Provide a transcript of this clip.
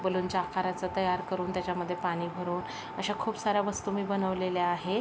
बलूनच्या आकारचं तयार करून त्याच्यामध्ये पाणी भरून अशा खूप साऱ्या वस्तू मी बनवलेल्या आहे